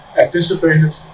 anticipated